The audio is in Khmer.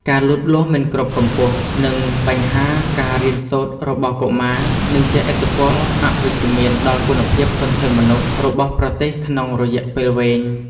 ការលូតលាស់មិនគ្រប់កម្ពស់ និងបញ្ហាការរៀនសូត្ររបស់កុមារនឹងជះឥទ្ធិពលអវិជ្ជមានដល់គុណភាពធនធានមនុស្សរបស់ប្រទេសក្នុងរយៈពេលវែង។